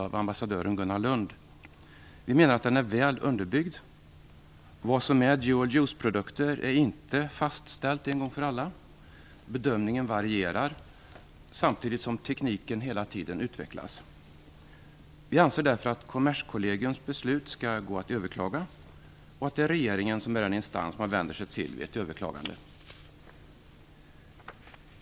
Vi menar att den är väl underbyggd. Vad som är dual useprodukter är inte fastställt en gång för alla. Bedömningen varierar, samtidigt som tekniken hela tiden utvecklas. Vi anser därför att Kommerskollegiums beslut skall gå att överklaga och att regeringen skall vara den instans som man skall vända sig till vid ett överklagande.